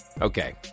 Okay